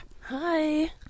Hi